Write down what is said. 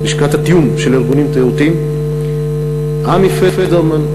לשכת התיאום של הארגונים התיירותיים, עמי פדרמן,